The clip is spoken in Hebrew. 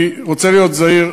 אני רוצה להיות זהיר.